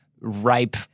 ripe